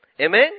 Amen